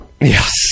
Yes